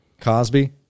Cosby